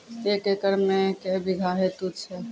एक एकरऽ मे के बीघा हेतु छै?